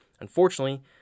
unfortunately